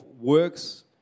works